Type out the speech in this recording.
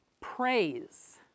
praise